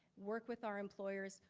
work with our employers,